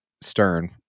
stern